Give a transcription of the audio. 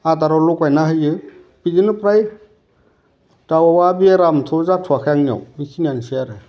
आदाराव लगायना होयो बिदिनो फ्राइ दाउआ बेरामथ' जाथ'आखै आंनियाव बे खिनियानोसै आरो